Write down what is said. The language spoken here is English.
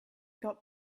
got